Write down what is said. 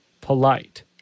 polite